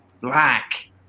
black